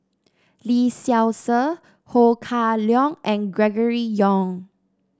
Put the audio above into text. Lee Seow Ser Ho Kah Leong and Gregory Yong